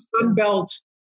Sunbelt